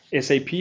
SAP